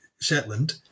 Shetland